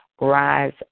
rise